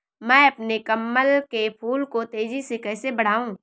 मैं अपने कमल के फूल को तेजी से कैसे बढाऊं?